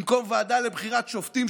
במקום הוועדה לבחירת שופטים,